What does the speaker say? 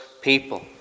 people